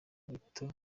gito